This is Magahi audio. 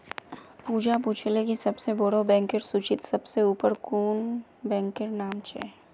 पूजा पूछले कि सबसे बोड़ो बैंकेर सूचीत सबसे ऊपर कुं बैंकेर नाम छे